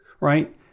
right